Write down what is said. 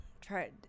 try